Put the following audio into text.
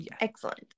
Excellent